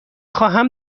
خواهم